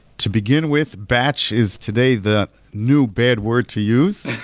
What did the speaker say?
to begin with, batch is today the new bad word to use.